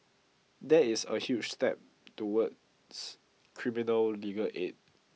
that is a huge step towards criminal legal aid